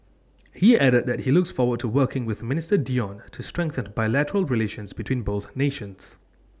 he added that he looks forward to working with minister Dion to strengthen bilateral relations between both nations